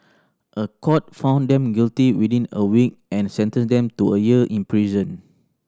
a court found them guilty within a week and sentenced them to a year in prison